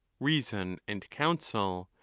reason, and counsel,